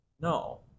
No